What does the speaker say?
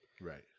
right